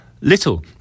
little